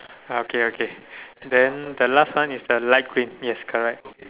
ah okay okay then the last one is the light green yes correct